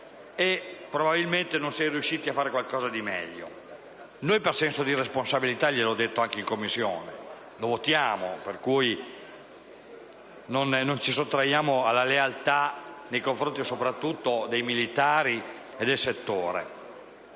e probabilmente non si è riusciti a fare di meglio. Noi, per senso di responsabilità, come ho evidenziato anche in Commissione, votiamo a favore, per cui non ci sottraiamo alla lealtà nei confronti soprattutto dei militari e del settore.